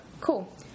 Cool